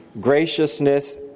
graciousness